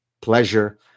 pleasure